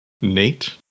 Nate